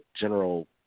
general